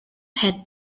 had